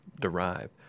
derive